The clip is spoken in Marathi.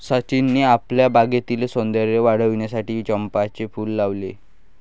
सचिनने आपल्या बागेतील सौंदर्य वाढविण्यासाठी चंपाचे फूल लावले